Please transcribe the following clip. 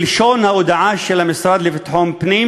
כלשון ההודעה של המשרד לביטחון פנים